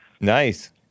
Nice